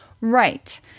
Right